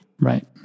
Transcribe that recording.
Right